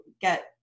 get